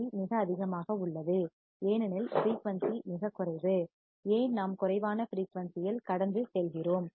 C fc மிக அதிகமாக உள்ளது ஏனெனில் ஃபிரீயூன்சி மிகக் குறைவு ஏன் நாம் குறைவான ஃபிரீயூன்சியில் கடந்து செல்கிறோம்